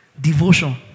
devotion